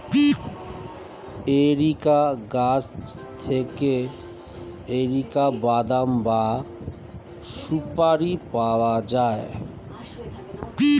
areca গাছ থেকে areca বাদাম বা সুপোরি পাওয়া যায়